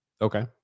Okay